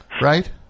Right